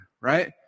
right